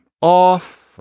off